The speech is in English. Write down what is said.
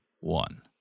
one